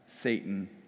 Satan